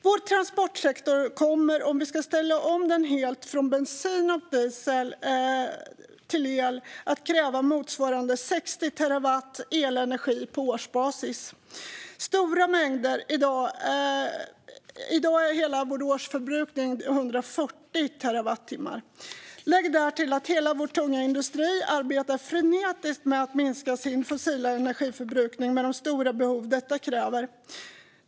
Vår transportsektor kommer, om vi ska ställa om den helt från bensin och diesel till el, att kräva motsvarande 60 terawattimmar elenergi på årsbasis. I dag är hela vår årsförbrukning 140 terawattimmar. Lägg därtill att hela vår tunga industri arbetar frenetiskt med att minska sin fossila energiförbrukning med de stora behov detta kräver.